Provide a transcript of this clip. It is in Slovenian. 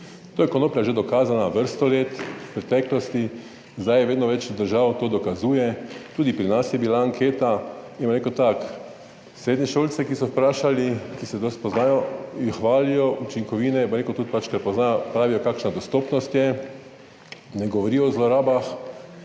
To je konoplja, že dokazana vrsto let v preteklosti. Zdaj je vedno več držav, to dokazuje, tudi pri nas je bila anketa in bom rekel tako, srednješolce, ki so vprašali, ki se dosti poznajo, hvalijo učinkovine, bom rekel tudi, pač, ker poznajo, pravijo kakšna dostopnost je, ne govorijo o zlorabah.